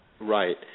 Right